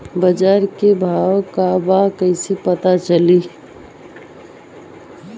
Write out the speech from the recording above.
बाजार के भाव का बा कईसे पता चली?